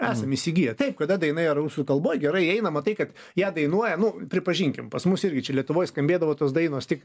esam įsigiję taip kada dainoje rusų kalboj gerai einama tai kad ją dainuoja nu pripažinkim pas mus irgi čia lietuvoj skambėdavo tos dainos tik